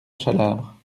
chalabre